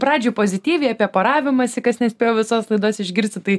pradžioj pozityviai apie poravimąsi kas nespėjo visos laidos išgirsti tai